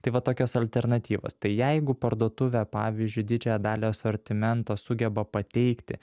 tai va tokios alternatyvos tai jeigu parduotuvė pavyzdžiui didžiąją dalį asortimento sugeba pateikti